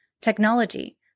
technology